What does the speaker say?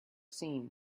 seen